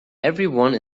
everyone